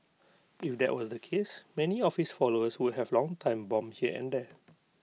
if that was the case many of his followers would have long time bomb here and there